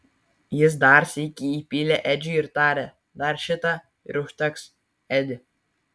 jis dar sykį įpylė edžiui ir tarė dar šitą ir užteks edi